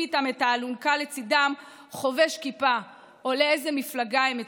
איתם את האלונקה לצידם חובש כיפה או לאיזו מפלגה הם הצביעו.